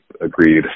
agreed